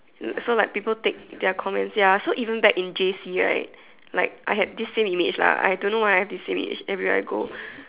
so like people take their comments ya so even back in J_C right like I had this same image lah I don't know why I have this image everywhere I go